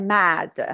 mad